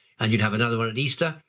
and you'd have another one at easter,